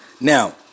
Now